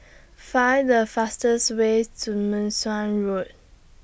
Find The fastest ways to Meng Suan Road